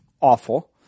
awful